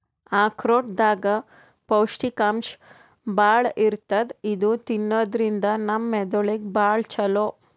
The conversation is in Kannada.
ಆಕ್ರೋಟ್ ದಾಗ್ ಪೌಷ್ಟಿಕಾಂಶ್ ಭಾಳ್ ಇರ್ತದ್ ಇದು ತಿನ್ನದ್ರಿನ್ದ ನಮ್ ಮೆದಳಿಗ್ ಭಾಳ್ ಛಲೋ